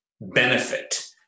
benefit